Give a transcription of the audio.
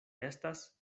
estas